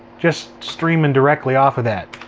just streaming directly off of that.